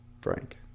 Frank